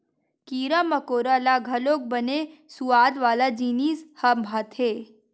कीरा मकोरा ल घलोक बने सुवाद वाला जिनिस ह भाथे